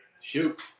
Shoot